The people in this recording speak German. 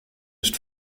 ist